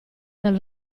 dal